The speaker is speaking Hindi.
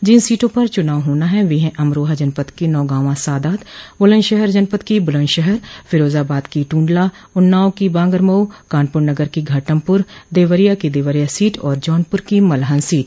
जिन सीटों पर चुनाव होना है वे है अमरोहा जनपद की नौगांवा सादात बुलन्दशहर जनपद की बुलन्दशहर फिरोजाबाद की ट्रंडला उन्नाव की बांगरमऊ कानपुर नगर की घाटमपुर देवरिया की देवरिया सीट और जौनपुर की मलहन सीट